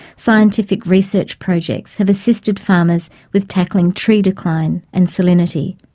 scientific research projects have assisted farmers with tackling tree decline and salinity,